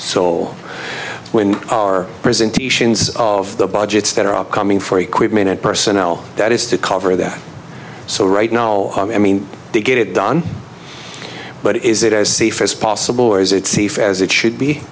soul when our presentations of the budgets that are upcoming for equipment and personnel that is to cover that so right now i mean they get it done but is it as safe as possible or is it safe as it should be